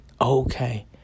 okay